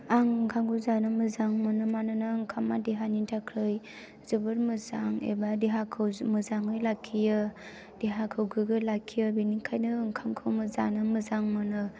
आं ओंखामखौ जानो मोजां मोनो मानोना ओंखामआ देहानि थाखाय जोबोद मोजां एबा देहाखौ मोजाङै लाखियो देहाखौ गोग्गो लाखियो बेनिखायनो ओंखामखौ जानो मोजां मोनो